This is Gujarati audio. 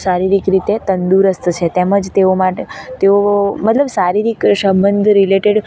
શારીરિક રીતે તંદુરસ્ત છે તેમજ તેઓ માટે તેઓ મતલબ શારીરિક સંબંધ રિલેટેડ